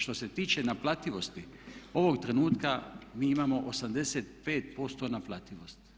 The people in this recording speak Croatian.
Što se tiče naplativosti, ovog trenutka mi imamo 85% naplativosti.